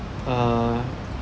err